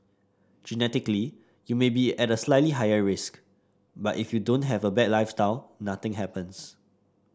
genetically you may be at a slightly higher risk but if you don't have a bad lifestyle nothing happens